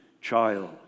child